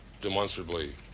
demonstrably